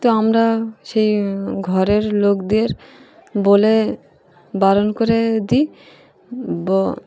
তো আমরা সেই ঘরের লোকদের বলে বারণ করে দিই